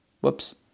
Whoops